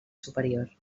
superior